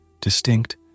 distinct